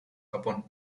japón